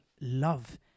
love